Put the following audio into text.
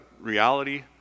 reality